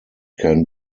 can